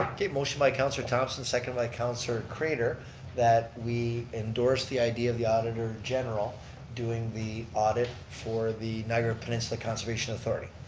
okay, motion by councilor thomson, seconded by councilor craitor that we endorse the idea of the auditor general doing the audit for the niagara peninsula conservation authority.